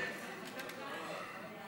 (צמצום מספר תאגידי המים והביוב),